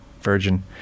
Virgin